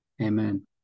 Amen